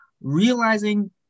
realizing